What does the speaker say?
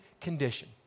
condition